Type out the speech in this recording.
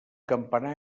campanar